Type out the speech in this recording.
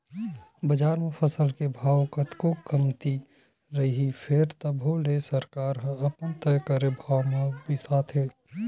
बजार म फसल के भाव कतको कमती रइही फेर तभो ले सरकार ह अपन तय करे भाव म बिसाथे